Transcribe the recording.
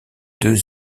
deux